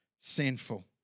sinful